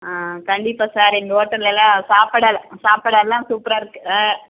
ஆ கண்டிப்பாக சார் எங்கள் ஹோட்டல்லெலாம் சாப்பாடு சாப்பாடெல்லாம் சூப்பராக இருக்குது ஆ